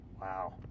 Wow